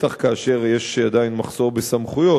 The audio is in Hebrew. בטח כאשר יש עדיין מחסור בסמכויות,